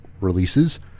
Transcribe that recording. releases